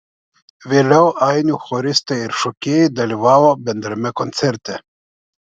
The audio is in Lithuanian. vėliau ainių choristai ir šokėjai dalyvavo bendrame koncerte